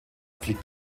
fliegt